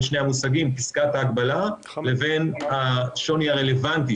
שני המושגים: פסקת ההגבלה לבין השוני הרלוונטי,